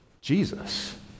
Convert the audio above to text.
Jesus